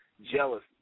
jealous